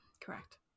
Correct